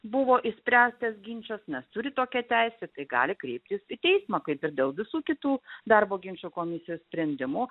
buvo išspręstas ginčas nes turi tokią teisę tai gali kreiptis į teismą kaip ir dėl visų kitų darbo ginčų komisijos sprendimų